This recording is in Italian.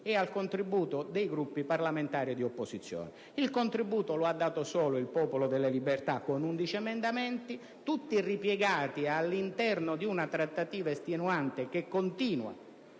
della società e dei Gruppi parlamentari di opposizione. Il contributo, invece, lo ha dato solo il Popolo della Libertà con 11 emendamenti, tutti ripiegati all'interno di una trattativa estenuante, che continua